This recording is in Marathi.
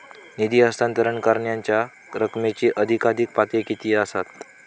निधी हस्तांतरण करण्यांच्या रकमेची अधिकाधिक पातळी किती असात?